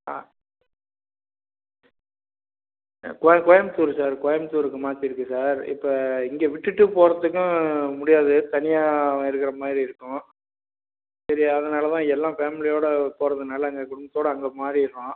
ஆ கோய கோயம்புத்தூர் சார் கோயம்புத்தூருக்கு மாற்றிருக்கு சார் இப்போ இங்கே விட்டுவிட்டு போகிறத்துக்கும் முடியாது தனியாக அவன் இருக்கிற மாதிரி இருக்கும் சரி அதனாலதான் எல்லாம் ஃபேமிலியோடு போகிறதுனால அங்கே குடும்பத்தோடு அங்கே மாறிடுறோம்